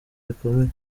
rikomeye